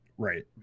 Right